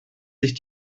sich